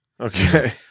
Okay